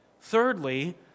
Thirdly